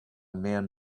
man